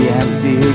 empty